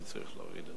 אני מבין,